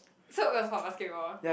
so is from basketball